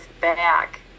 back